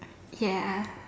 ya